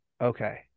Okay